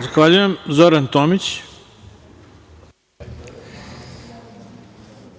Zoran Tomić. **Zoran Tomić**